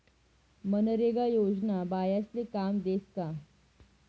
मनरेगा योजना बायास्ले काम देस का?